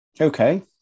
Okay